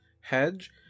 hedge